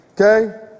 okay